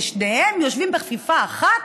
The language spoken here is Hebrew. ושניהם יושבים בכפיפה אחת